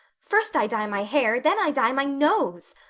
first i dye my hair then i dye my nose.